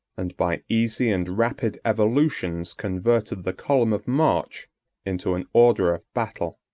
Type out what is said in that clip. and by easy and rapid evolutions converted the column of march into an order of battle.